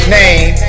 name